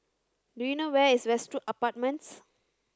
do you know where is Westwood Apartments